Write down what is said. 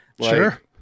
Sure